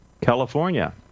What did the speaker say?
California